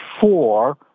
four